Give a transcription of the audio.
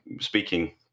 speaking